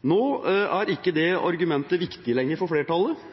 Nå er ikke det argumentet viktig lenger for flertallet,